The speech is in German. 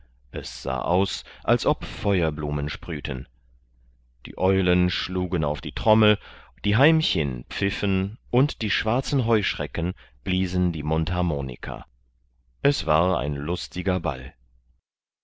es sah aus als ob feuerblumen sprühten die eulen schlugen auf die trommel die heimchen pfiffen und die schwarzen heuschrecken bliesen die mundharmonika es war ein lustiger ball